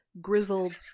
grizzled